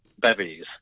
bevies